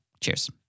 Cheers